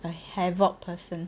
the havoc person